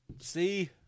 See